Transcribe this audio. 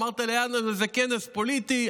אמרת: זה כנס פוליטי,